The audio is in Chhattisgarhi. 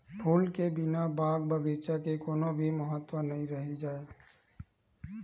फूल के बिना बाग बगीचा के कोनो भी महत्ता नइ रहि जाए